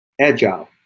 agile